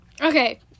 Okay